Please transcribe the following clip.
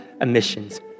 emissions